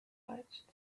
watched